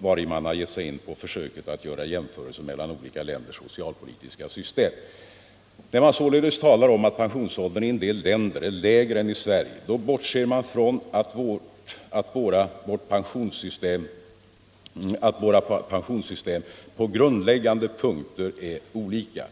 vari man gett sig in på försöket att göra jämförelser mellan olika länders socialpolitiska system. När man således talar om att pensionsåldern i en del länder är lägre än i Sverige bortser man från att pensionssystemen på grundläggande punkter är olika.